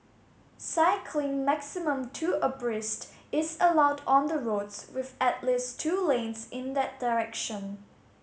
cycling maximum two abreast is allowed on the roads with at least two lanes in that direction